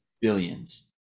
billions